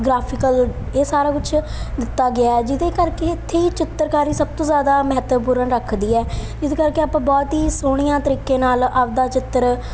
graphical ਇਹ ਸਾਰਾ ਕੁਛ ਦਿੱਤਾ ਗਿਆ ਜਿਹਦੇ ਕਰਕੇ ਇੱਥੇ ਚਿੱਤਰਕਾਰੀ ਸਭ ਤੋਂ ਜ਼ਿਆਦਾ ਮਹੱਤਵਪੂਰਨ ਰੱਖਦੀ ਹੈ ਇਸ ਕਰਕੇ ਆਪਾਂ ਬਹੁਤ ਹੀ ਸੋਹਣੀਆਂ ਤਰੀਕੇ ਨਾਲ ਆਪਦਾ ਚਿੱਤਰ